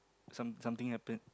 some something happened